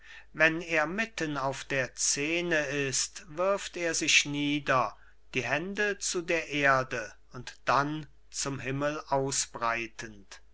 wenn er mitten auf der szene ist wirft er sich nieder die hände zu der erde und dann zum himmel ausbreitend